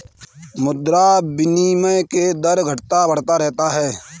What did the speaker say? मुद्रा विनिमय के दर घटता बढ़ता रहता है